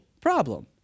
problem